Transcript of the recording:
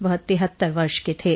वह तिहत्तर वर्ष के थे